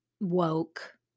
woke